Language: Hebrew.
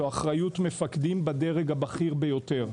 זה אחריות מפקדים בדרג הבכיר ביותר.